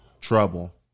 trouble